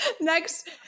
Next